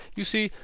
you see,